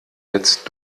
jetzt